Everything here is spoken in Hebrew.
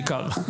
בעיקר.